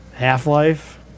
Half-Life